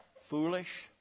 foolish